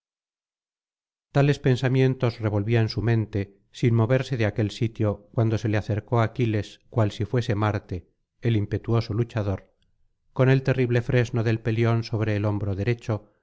tales pensamientos revolvía en su mente sin moverse de aquel sitio cuando se le acercó aquiles cual si fuese marte el impetuoso luchador con el terrible fresno del pelión sobre el hombro derecho